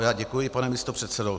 Já děkuji, pane místopředsedo.